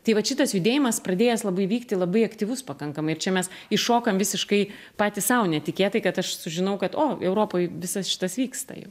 tai vat šitas judėjimas pradėjęs labai vykti labai aktyvus pakankamai ir čia mes iššokam visiškai patys sau netikėtai kad aš sužinau kad o europoj visas šitas vyksta jau